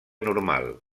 normal